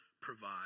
provide